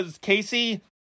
Casey